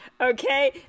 okay